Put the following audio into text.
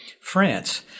France